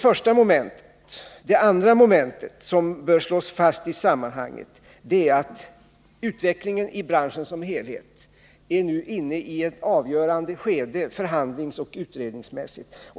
För det andra bör det slås fast i sammanhanget att utvecklingen i branschen som helhet nu är inne i ett avgörande skede förhandlingsoch utredningsmässigt.